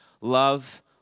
Love